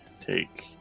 Take